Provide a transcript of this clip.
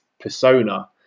persona